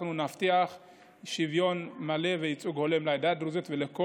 אנחנו נבטיח שוויון מלא וייצוג הולם לעדה הדרוזית ולכל